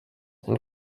and